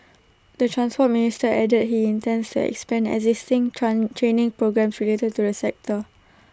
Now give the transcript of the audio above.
the Transport Minister added he intends expand existing training programmes related to the sector